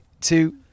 two